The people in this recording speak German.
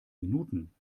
minuten